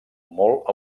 molt